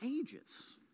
ages